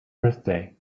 birthday